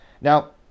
now